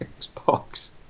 Xbox